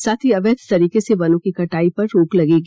साथ ही अवैध तरीके से वनों की कटाई पर रोक लगेगी